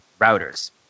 routers